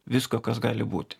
visko kas gali būti